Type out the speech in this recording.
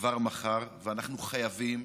כבר מחר, ואנחנו חייבים,